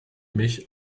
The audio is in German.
mich